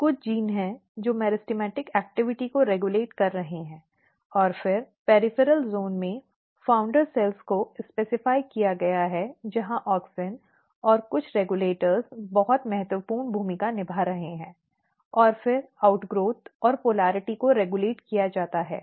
तो कुछ जीन हैं जो मेरिस्टेमेटिक गतिविधिmeristematic activity को विनियमित कर रहे हैं और फिर परिधीय क्षेत्र में संस्थापक कोशिकाओं को निर्दिष्ट किया गया है जहां ऑक्सिन और कुछ नियामक बहुत महत्वपूर्ण भूमिका निभा रहे हैं और फिर बहिर्गमन और ध्रुवता को रेग्यूलेट किया जाता है